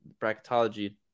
bracketology